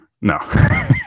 No